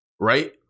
Right